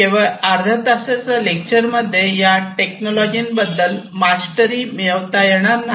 केवळ अर्ध्या तासाच्या लेक्चरमध्ये या टेक्नॉलॉजी बद्दल मास्टरी मिळवता येणार नाही